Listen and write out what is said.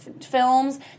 films